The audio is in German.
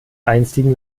einstigen